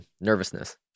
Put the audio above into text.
Nervousness